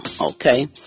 Okay